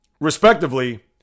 respectively